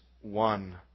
one